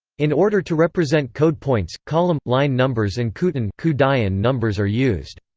in order to represent code points, column line numbers and kuten kuten and numbers are used.